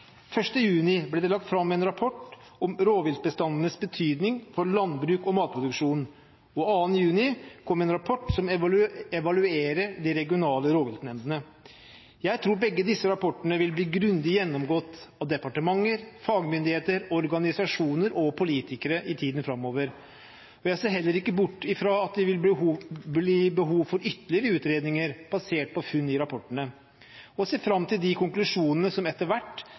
juni ble det lagt fram en rapport om rovviltbestandenes betydning for landbruk og matproduksjon, og 2. juni kom en rapport som evaluerer de regionale rovviltnemndene. Jeg tror begge disse rapportene vil bli grundig gjennomgått av departementer, fagmyndigheter, organisasjoner og politikere i tiden framover. Jeg ser heller ikke bort fra at det vil bli behov for ytterligere utredninger, basert på funn i rapportene, og ser fram til de konklusjonene som etter hvert